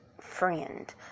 friend